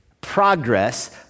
progress